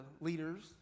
leaders